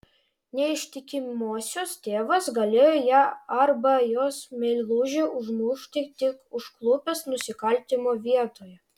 neištikimosios tėvas galėjo ją arba jos meilužį užmušti tik užklupęs nusikaltimo vietoje